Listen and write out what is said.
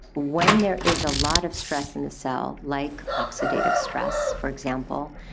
when there is a lot of stress in the cell, like oxidative stress, for example,